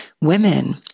women